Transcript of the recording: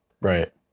right